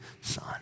son